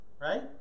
right